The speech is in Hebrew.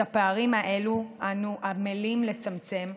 את הפערים האלה אנו עמלים לצמצם,